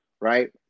right